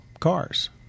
cars